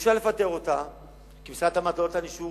שאי-אפשר לפטר אותה כי משרד התמ"ת לא נתן אישור